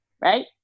right